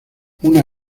una